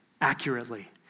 accurately